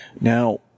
Now